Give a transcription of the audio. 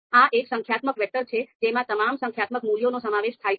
આ એક સંખ્યાત્મક વેક્ટર છે જેમાં તમામ સંખ્યાત્મક મૂલ્યોનો સમાવેશ થાય છે